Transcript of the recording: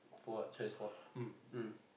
for what chest spot mm